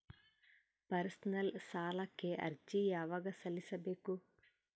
Personal ಸಾಲಕ್ಕೆ ಅರ್ಜಿ ಯವಾಗ ಸಲ್ಲಿಸಬೇಕು?